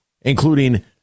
Including